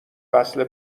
وصله